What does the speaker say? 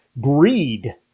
greed